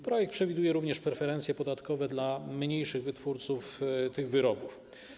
Projekt przewiduje również preferencje podatkowe dla mniejszych wytwórców tych wyrobów.